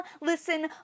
listen